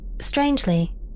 Strangely